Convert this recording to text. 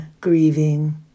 grieving